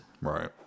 Right